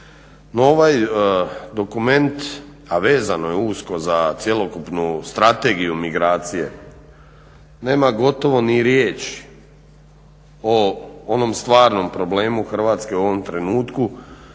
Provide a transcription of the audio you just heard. ovaj dokument, a vezano je usko za cjelokupnu Strategiju migracije, nema gotovo ni riječi o onom stvarnom problemu Hrvatske u ovom trenutku,